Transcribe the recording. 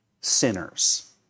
sinners